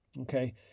Okay